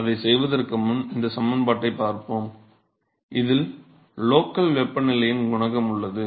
அதைச் செய்வதற்கு முன் இந்த சமன்பாட்டைப் பார்ப்போம் இதில் லோக்கல் வெப்பநிலையின் குணகம் உள்ளது